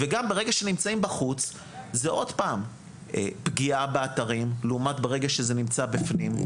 גם ברגע שנמצאים בחוץ זה פגיעה באתרים לעומת ברגע שזה נמצא בפנים,